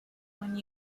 when